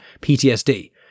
PTSD